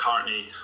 currently